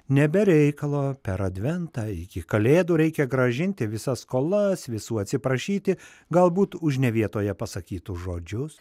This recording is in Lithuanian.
ne be reikalo per adventą iki kalėdų reikia grąžinti visas skolas visų atsiprašyti galbūt už ne vietoje pasakytus žodžius